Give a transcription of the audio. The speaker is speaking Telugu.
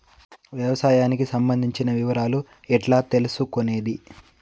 వ్యవసాయానికి సంబంధించిన వివరాలు ఎట్లా తెలుసుకొనేది?